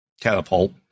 catapult